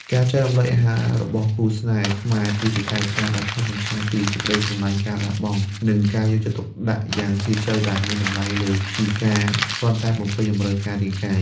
ការចែករំលែកអាហាររបស់គូស្នេហ៍ខ្មែរ គឺជាកាយវិការដែលឆ្លុះបញ្ចាំងពីសេចក្ដីស្រឡាញ់ ការលះបង់ និងការយកចិត្តទុកដាក់យ៉ាងជ្រាលជ្រៅ ដែលមានតម្លៃលើសពីការគ្រាន់តែបំពេញតម្រូវការរាងកាយ។